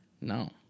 No